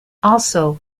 also